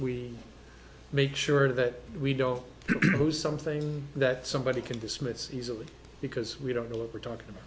we make sure that we don't some things that somebody can dismiss easily because we don't know what we're talking